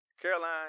Caroline